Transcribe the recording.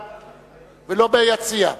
לא חשוב,